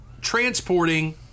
transporting